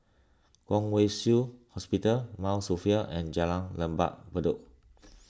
Kwong Wai Shiu Hospital Mount Sophia and Jalan Lembah Bedok